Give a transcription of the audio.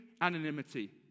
anonymity